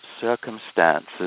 circumstances